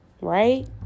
right